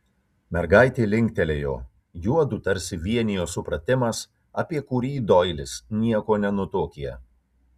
mergaitė linktelėjo juodu tarsi vienijo supratimas apie kurį doilis nieko nenutuokė